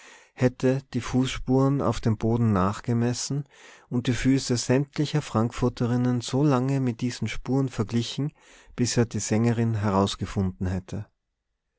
hätte die fußspuren auf dem boden nachgemessen und die füße sämtlicher frankfurterinnen so lange mit diesen spuren verglichen bis er die sängerin herausgefunden hätte